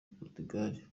portugal